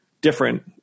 different